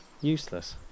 Useless